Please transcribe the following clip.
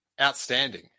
Outstanding